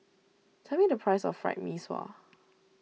tell me the price of Fried Mee Sua